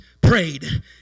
prayed